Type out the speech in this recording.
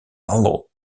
allow